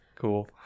cool